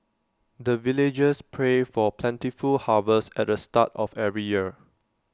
the villagers pray for plentiful harvest at the start of every year